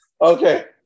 Okay